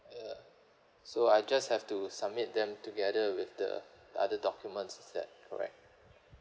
ya so I just have to submit them together with the the other documents is that correct